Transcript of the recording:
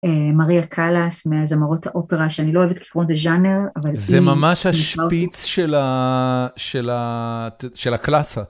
מריה קאלס, מהזמרות האופרה, שאני לא אוהבת לקרא זה ז'אנר, אבל... זה ממש השפיץ של הקלאסה.